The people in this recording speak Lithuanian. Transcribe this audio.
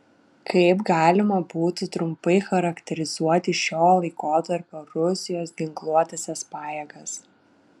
kaip galima būtų trumpai charakterizuoti šio laikotarpio rusijos ginkluotąsias pajėgas